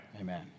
Amen